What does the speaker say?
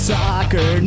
soccer